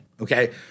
okay